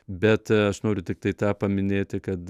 bet aš noriu tiktai tą paminėti kad